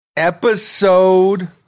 episode